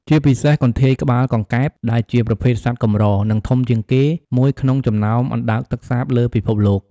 ជាពិសេស កន្ធាយក្បាលកង្កែបដែលជាប្រភេទសត្វដ៏កម្រ និងធំជាងគេមួយក្នុងចំណោមអណ្ដើកទឹកសាបលើពិភពលោក ។